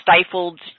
stifled